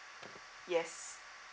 yes